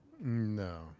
No